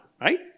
right